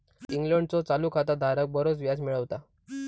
इंग्लंडचो चालू खाता धारक बरोच व्याज मिळवता